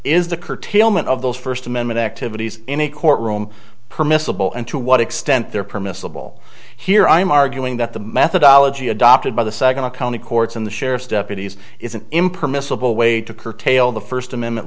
is the curtailment of those first amendment activities any courtroom permissible and to what extent they're permissible here i'm arguing that the methodology adopted by the second county courts and the sheriff's deputies is an impermissible way to curtail the first amendment